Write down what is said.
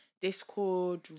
Discord